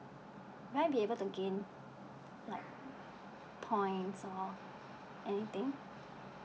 will I be able to gain like points or anything